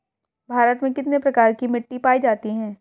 भारत में कितने प्रकार की मिट्टी पाई जाती हैं?